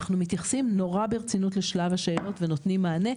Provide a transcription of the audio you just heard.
אנחנו מתייחסים נורא ברצינות לשלב השאלות ונותנים מענה,